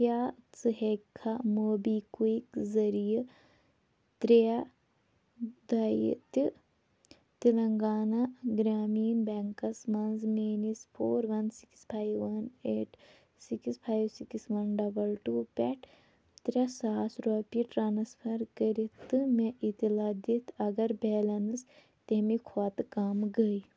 کیٛاہ ژٕ ہیٚکھِکھا موبی کُوِک ذٔریعہِ ترٛےٚ دۄیہِ تہٕ تِلنٛگانا گرٛامیٖن بیٚنٛکس منٛز میٛٲنِس four one six five one eight six five six one double two پٮ۪ٹھ ترٛےٚ ساس رۄپیہِ ٹرٛانٕسفر کٔرِتھ تہٕ مےٚ اِطلاع دِتھ اگر بیلنس تَمہِ کھۄتہٕ کم گٔے